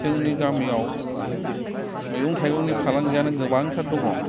जोंनि गामियाव मैगं थायगंनि फालांगियानो गोबांथार दङ